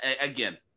again